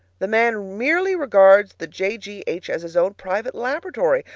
the man merely regards the j. g. h. as his own private laboratory,